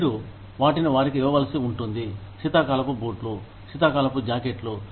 మీరు వాటిని వారికి ఇవ్వవలసి ఉంటుంది శీతాకాలపు బూట్లు శీతాకాలపు జాకెట్లు